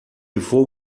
vou